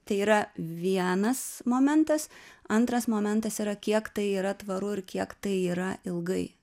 tai yra vienas momentas antras momentas yra kiek tai yra tvaru ir kiek tai yra ilgai